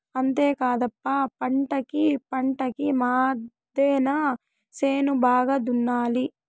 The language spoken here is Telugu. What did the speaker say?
అంతేకాదప్ప పంటకీ పంటకీ మద్దెన చేను బాగా దున్నాలి